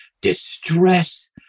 distress